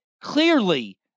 clearly